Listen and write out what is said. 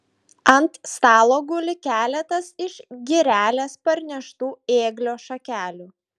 ant stalo guli keletas iš girelės parneštų ėglio šakelių